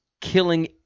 killing